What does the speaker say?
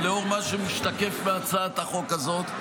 לאור מה שמשתקף בהצעת החוק הזאת,